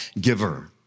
giver